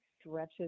stretches